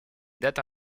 dates